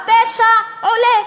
הפשע עולה,